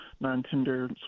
non-tender